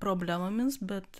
problemomis bet